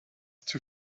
too